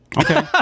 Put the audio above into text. Okay